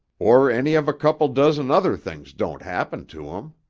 or any of a couple dozen other things don't happen to em.